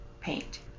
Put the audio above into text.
paint